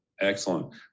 Excellent